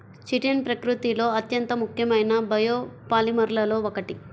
chitin ప్రకృతిలో అత్యంత ముఖ్యమైన బయోపాలిమర్లలో ఒకటి